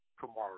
tomorrow